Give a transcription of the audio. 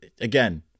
again